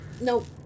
Nope